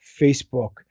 Facebook